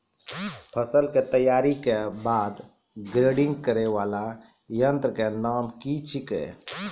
फसल के तैयारी के बाद ग्रेडिंग करै वाला यंत्र के नाम की छेकै?